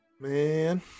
Man